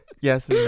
yes